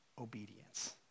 obedience